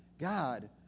God